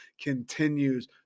continues